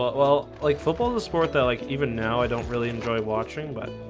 but well like football the sport. i like even now. i don't really enjoy watching but